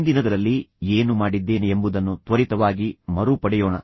ಹಿಂದಿನದರಲ್ಲಿ ಏನು ಮಾಡಿದ್ದೇನೆ ಎಂಬುದನ್ನು ತ್ವರಿತವಾಗಿ ಮರುಪಡೆಯೋಣ